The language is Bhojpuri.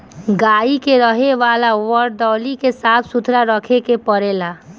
गाई के रहे वाला वरदौली के साफ़ सुथरा रखे के पड़ेला